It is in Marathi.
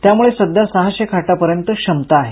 त्यामुळे सध्या सहाशे खाटापर्यंत क्षमता आहे